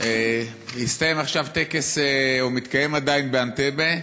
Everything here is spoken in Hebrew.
הסתיים עכשיו טקס, או מתקיים עדיין, באנטבה.